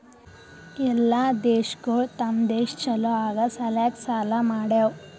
ಎಲ್ಲಾ ದೇಶಗೊಳ್ ತಮ್ ದೇಶ ಛಲೋ ಆಗಾ ಸಲ್ಯಾಕ್ ಸಾಲಾ ಮಾಡ್ಯಾವ್